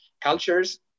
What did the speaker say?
cultures